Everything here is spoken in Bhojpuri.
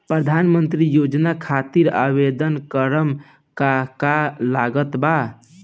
प्रधानमंत्री योजना खातिर आवेदन करम का का लागत बा?